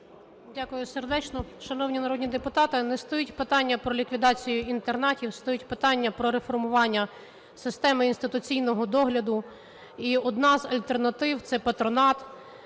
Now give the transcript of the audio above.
Дякую сердечно. Шановні народні депутати, не стоїть питання про ліквідацію інтернатів, стоїть питання про реформування системи інституційного догляду, і одна з альтернатив – це патронат.